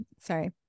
Sorry